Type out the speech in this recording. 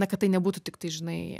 na kad tai nebūtų tiktai žinai